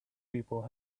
people